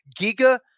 Giga